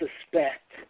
suspect